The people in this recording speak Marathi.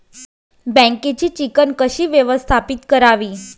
बँकेची चिकण कशी व्यवस्थापित करावी?